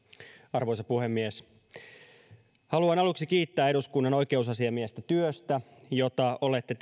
arvoisa puhemies haluan aluksi kiittää eduskunnan oikeusasiamiestä työstä jota olette